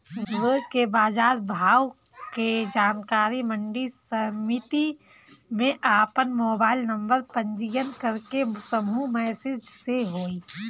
रोज के बाजार भाव के जानकारी मंडी समिति में आपन मोबाइल नंबर पंजीयन करके समूह मैसेज से होई?